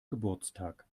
geburtstag